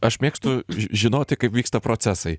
aš mėgstu žinoti kaip vyksta procesai